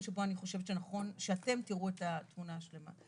שבו אני חושבת שנכון שאתם תראו את התמונה השלמה.